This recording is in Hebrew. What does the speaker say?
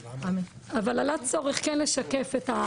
אבל עלה צורך כן לשקף.